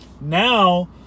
Now